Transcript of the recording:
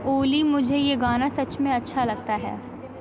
اولی مجھے یہ گانا سچ میں اچھا لگتا ہے